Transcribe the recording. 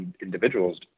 individuals